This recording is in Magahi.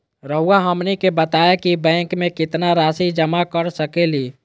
रहुआ हमनी के बताएं कि बैंक में कितना रासि जमा कर सके ली?